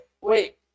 wait